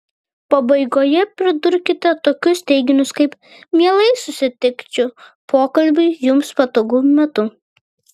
pabaigoje pridurkite tokius teiginius kaip mielai susitikčiau pokalbiui jums patogiu metu